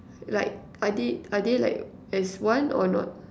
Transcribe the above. like are they are they like as one or not